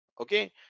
okay